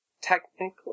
technically